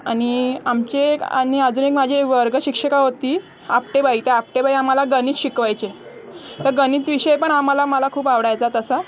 आणि आमचे एक आणि अजून एक माझी वर्ग शिक्षिका होती आपटे बाई त्या आपटे बाई आम्हाला गणित शिकवायचे तर गणित विषय पण आम्हाला मला खूप आवडायचा तसा